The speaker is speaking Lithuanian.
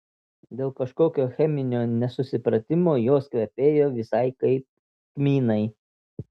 dėl kažkokio cheminio nesusipratimo jos kvepėjo visai kaip kmynai